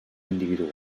individual